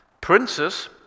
Princes